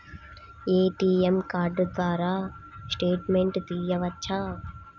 ATM card ద్వారా statement తీయవచ్చా?